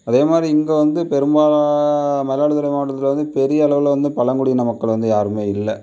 அதே மாதிரி இங்கே வந்து பெரும்பால மயிலாடுதுறை மாவட்டத்தில் வந்து பெரிய அளவில் வந்து பழங்குடியின மக்கள் வந்து யாருமே இல்லை